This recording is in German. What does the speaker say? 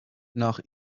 nach